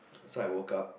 so I woke up